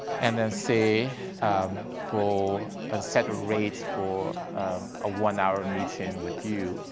and then say for and set rate for a one hour meeting with you,